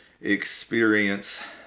experience